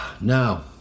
Now